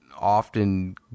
often